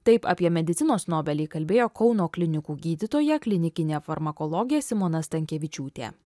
taip apie medicinos nobelį kalbėjo kauno klinikų gydytoja klinikinė farmakologė simona stankevičiūtė